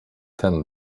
ten